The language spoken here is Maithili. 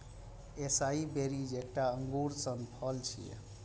एसाई बेरीज एकटा अंगूर सन फल छियै